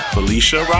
Felicia